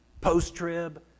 post-trib